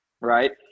right